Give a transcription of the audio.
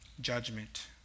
judgment